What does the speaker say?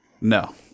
No